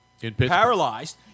Paralyzed